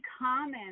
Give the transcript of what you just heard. common